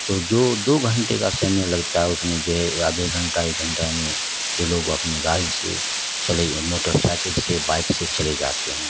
تو جو دو گھنٹے کا سمے لگتا ہے اس میں جو ہے آادھے گھنٹہ ایک گھنٹہ میں جو لوگ اپنی گاڑی سے چلے موٹر سائیکل سے بائک سے چلے جاتے ہیں